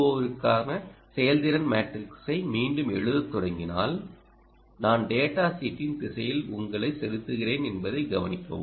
ஓ க்காக செயல்திறன் மேட்ரிக்ஸை மீண்டும் எழுதத் தொடங்கினால் நான் டேடா ஷீட்டின் திசையில் உங்களை செலுத்துகிறேன் என்பதை கவனிக்கவும்